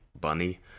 bunny